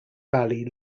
valley